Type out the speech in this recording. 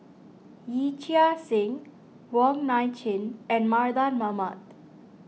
Yee Chia Hsing Wong Nai Chin and Mardan Mamat